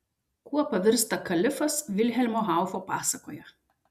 kuo pavirsta kalifas vilhelmo haufo pasakoje